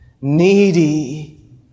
Needy